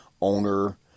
owner